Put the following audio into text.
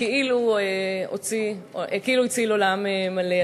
כאילו הציל עולם מלא.